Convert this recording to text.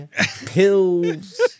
pills